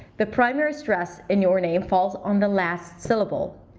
the primary stress in your name falls on the last syllable.